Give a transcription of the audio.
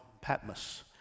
Patmos